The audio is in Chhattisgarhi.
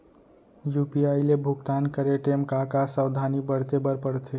यू.पी.आई ले भुगतान करे टेम का का सावधानी बरते बर परथे